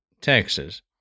Texas